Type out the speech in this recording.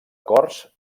cors